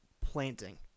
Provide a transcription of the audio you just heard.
planting